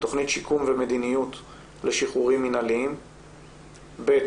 תכנית שיקום ומדיניות לשחרורים מנהליים; ב',